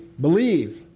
Believe